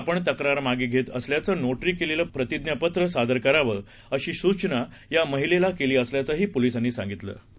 आपणतक्रारमागेघेतअसल्याचंनो जीकेलेलंप्रतिज्ञापत्रसादरकरावं अशीसूचनायामहिलेलाकेलीअसल्याचंहीपोलीसांनीसांगितलंआहे